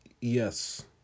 Yes